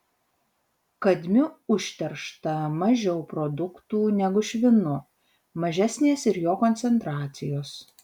kadmiu užteršta mažiau produktų negu švinu mažesnės ir jo koncentracijos